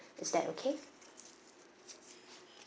is that okay